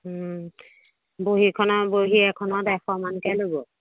বহীখন আৰু বহী এখনত এশ মানকৈ ল'ব